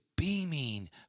Beaming